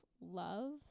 love